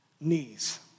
knees